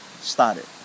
started